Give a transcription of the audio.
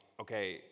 okay